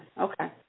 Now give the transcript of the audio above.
Okay